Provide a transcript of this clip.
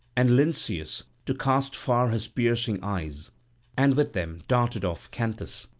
and lynceus to cast far his piercing eyes and with them darted off canthus,